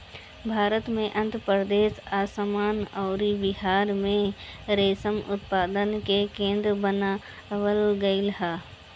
भारत में आंध्रप्रदेश, आसाम अउरी बिहार में रेशम उत्पादन के केंद्र बनावल गईल ह